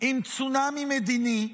עם צונאמי מדיני,